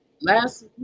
last